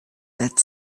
that